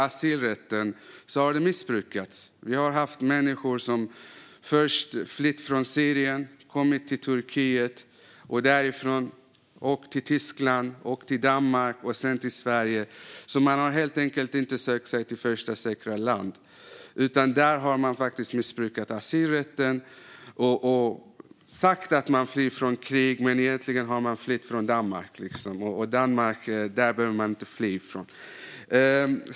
Asylrätten har dock missbrukats. Människor har flytt från Syrien till Turkiet och sedan åkt till Tyskland, Danmark och slutligen Sverige. De har helt enkelt inte sökt sig till första säkra land utan missbrukat asylrätten genom att påstå att de flytt från krig när de egentligen flytt från Danmark - och Danmark behöver ingen fly från.